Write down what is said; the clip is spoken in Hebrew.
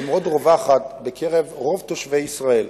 הרב עובדיה יוסף